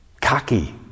Cocky